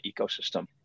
ecosystem